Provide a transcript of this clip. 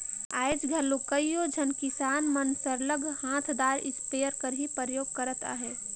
आएज घलो कइयो झन किसान मन सरलग हांथदार इस्पेयर कर ही परयोग करत अहें